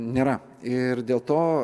nėra ir dėl to